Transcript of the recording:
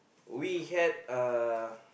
we had uh